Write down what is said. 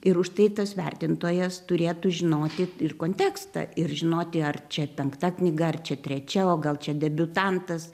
ir už tai tas vertintojas turėtų žinoti ir kontekstą ir žinoti ar čia penkta knyga ar čia trečia o gal čia debiutantas